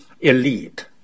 elite